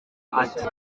ati